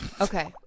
Okay